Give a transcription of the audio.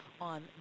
On